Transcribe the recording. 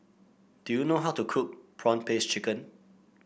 do you know how to cook prawn paste chicken